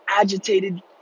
agitated